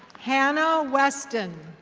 hannah weston.